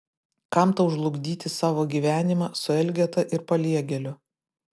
kam tau žlugdyti savo gyvenimą su elgeta ir paliegėliu